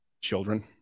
Children